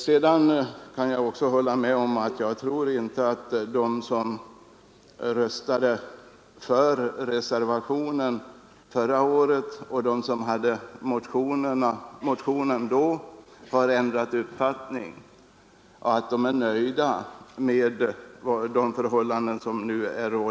Sedan vill jag säga att jag inte tror att de som förra året röstade för reservationen och de som då hade motionerat har ändrat uppfattning och att de skulle vara nöjda med de förhållanden som råder.